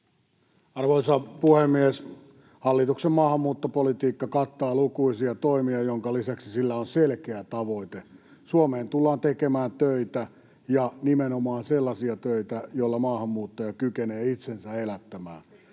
Arvoisa puhemies! Hallituksen maahanmuuttopolitiikka kattaa lukuisia toimia, minkä lisäksi sillä on selkeä tavoite: Suomeen tullaan tekemään töitä ja nimenomaan sellaisia töitä, joilla maahanmuuttaja kykenee itsensä elättämään.